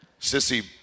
sissy